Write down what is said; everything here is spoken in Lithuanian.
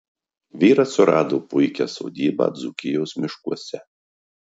vyras surado puikią sodybą dzūkijos miškuose